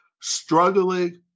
Struggling